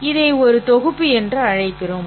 இதை ஒரு தொகுப்பு என்று அழைக்கிறோம்